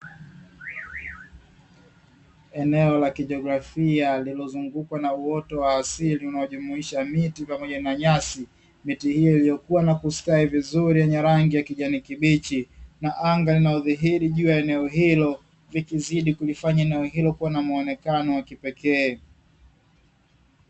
Eneo la kijiografia lililozungukwa na uoto wa asili unaojumuisha miti pamoja na nyasi. Miti hiyo iliyokuwa na kustawi vizuri yenye rangi ya kijani kibichi na anga linalodhihiri juu ya eneo hilo vikizidi kulifanya eneo hilo kuwa na muonekano wa kipekee.